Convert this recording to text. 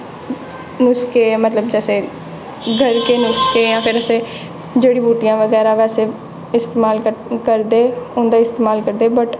नुस्खे मतलब जैसे घर के नुसके हैं फिर उसे जड़ी बूटियां बगैरा बैसे इस्तमाल करते करदे उं''दा इस्तमाल करदे बट